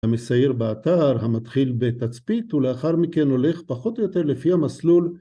המסייר באתר המתחיל בתצפית, ולאחר מכן הולך פחות או יותר לפי המסלול